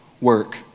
work